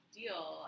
deal